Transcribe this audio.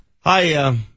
Hi